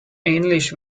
ähnlich